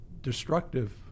destructive